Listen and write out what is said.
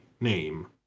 name